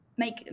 make